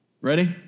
Ready